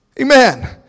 Amen